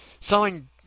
Selling